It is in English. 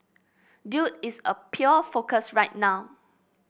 dude is a pure focus right now